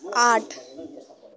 आठ